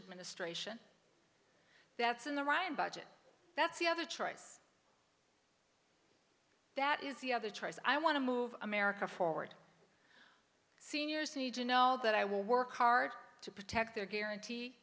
administration that's in the ryan budget that's the other choice that is the other choice i want to move america forward seniors need to know that i will work hard to protect their guarantee